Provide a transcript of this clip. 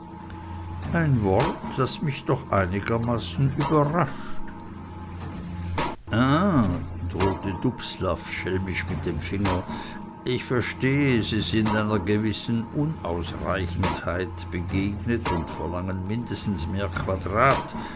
ein wort das mich doch einigermaßen überrascht ah drohte dubslav schelmisch mit dem finger ich verstehe sie sind einer gewissen unausreichendheit begegnet und verlangen mindestens mehr quadrat